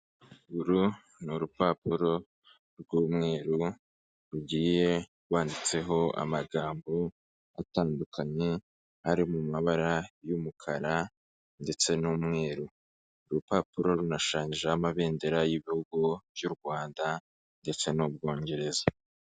Uru ni urupapuro rw'umweru rugiye rwanditseho amagambo atandukanye ari mu mabara y'umukara ndetse n'umweru, uru rupapuro runashanyijeho amabendera y'ibihugu by'u Rwanda ndetse n'Ubwongereza.